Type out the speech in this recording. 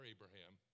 Abraham